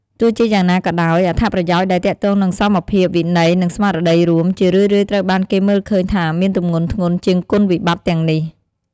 ទោះជាយ៉ាងណាក៏ដោយ អត្ថប្រយោជន៍ដែលទាក់ទងនឹងសមភាព វិន័យ និងស្មារតីរួម ជារឿយៗត្រូវបានគេមើលឃើញថាមានទម្ងន់ធ្ងន់ជាងគុណវិបត្តិទាំងនេះ។